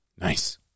Nice